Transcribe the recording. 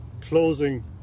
closing